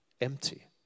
empty